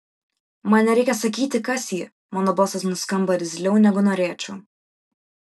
man nereikia sakyti kas ji mano balsas nuskamba irzliau negu norėčiau